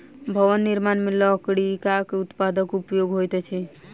भवन निर्माण मे लकड़ीक उत्पादक उपयोग होइत अछि